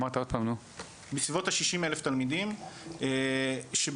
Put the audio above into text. בסביבות ה-60 אלף תלמידים שבערך